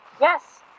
Yes